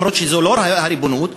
אף שזו לא הריבונות,